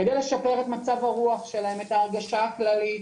כדי לשפר את מצב הרוח שלהם, את ההרגשה הכללית.